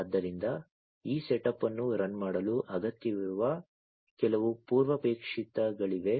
ಆದ್ದರಿಂದ ಈ ಸೆಟಪ್ ಅನ್ನು ರನ್ ಮಾಡಲು ಅಗತ್ಯವಿರುವ ಕೆಲವು ಪೂರ್ವಾಪೇಕ್ಷಿತಗಳಿವೆ